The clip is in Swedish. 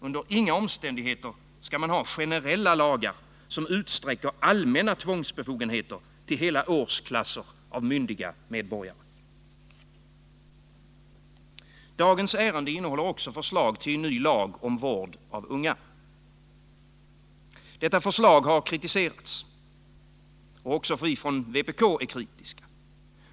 Under inga omständigheter skall man ha generella lagar, som utsträcker allmänna tvångsbefogenheter till hela årsklasser av myndiga medborgare. Dagens ärende innehåller också förslag till ny lag om vård av unga. Detta förslag har kritiserats. Också vi från vpk är kritiska.